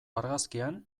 argazkian